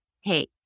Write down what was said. hey